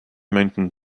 mountain